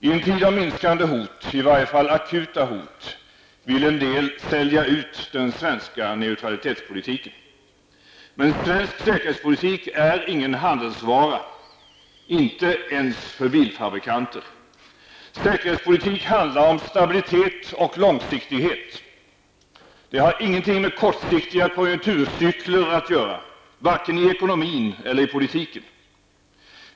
I en tid av minskande hot, i varje fall mindre akuta hot, vill en del ''sälja ut'' den svenska neutralitetspolitiken. Men svensk säkerhetspolitik är ingen handelsvara, inte ens för bilfabrikanter. Säkerhetspolitik handlar om stabilitet och långsiktighet. Säkerhetspolitik har ingenting med kortsiktiga konjunkturcykler att göra, varken i ekonomin eller i politiken.